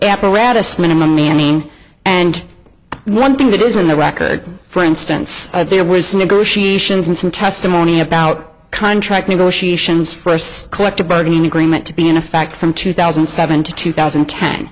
apparatus minimum manning and one thing that is in the record for instance there was negotiations and some testimony about contract negotiations for us collective bargaining agreement to be in effect from two thousand and seven to two thousand